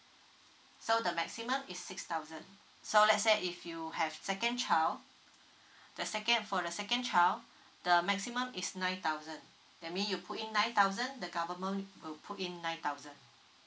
so the maximum is six thousand so let's say if you have second child the second for the second child the maximum is nine thousand that mean you put in nine thousand the government will put in nine thousand